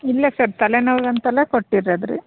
ಇಲ್ಲ ಸರ್ ತಲೆನೋವ್ಗೆ ಅಂತಲೇ ಕೊಟ್ಟಿರೋದುರೀ